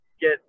get